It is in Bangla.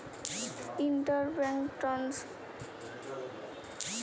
ইন্টার ব্যাংক ফান্ড ট্রান্সফার কি?